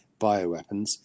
bioweapons